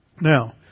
Now